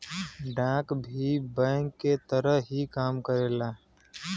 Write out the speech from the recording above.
डाक भी बैंक के तरह ही काम करेला